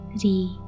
three